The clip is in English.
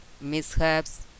mishaps